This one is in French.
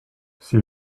s’il